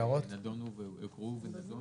או הערות לסעיפים שהוקראו ונדונו.